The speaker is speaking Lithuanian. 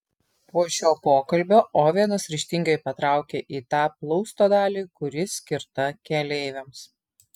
po šio pokalbio ovenas ryžtingai patraukė į tą plausto dalį kuri skirta keleiviams